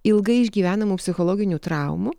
ilgai išgyvenamų psichologinių traumų